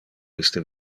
iste